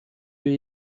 l’ai